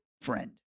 FRIEND